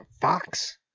fox